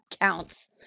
counts